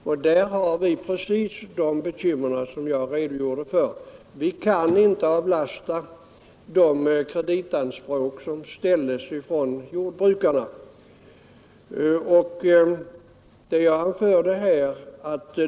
Herr talman! Jag betvivlar inte att herr Mossberger kan ha de erfarenheter som han redogjort för från sitt ledamotskap i lantbruksnämnden i Halland. Jag har mina erfarenheter från ledamotskap i styrelse för jordbrukskassa och centralkassa i Malmöhus län, och där har vi precis de bekymmer som jag redogjorde för. Vi kan inte avlasta de kreditanspråk som ställs från jordbrukarna.